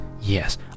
yes